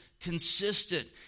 consistent